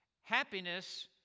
happiness